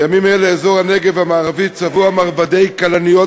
בימים אלה אזור הנגב המערבי צבוע מרבדי כלניות